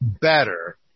Better